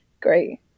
Great